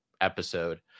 episode